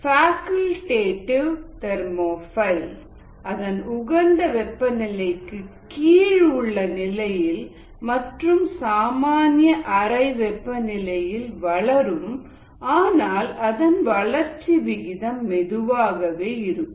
facultative thermophile அதன் உகந்த வெப்பநிலைக்கு கீழ் உள்ள நிலையில் மற்றும் சாமானிய அறை வெப்பநிலையில் வளரும் ஆனால் அதன் வளர்ச்சி விகிதம் மெதுவாகவே இருக்கும்